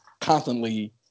constantly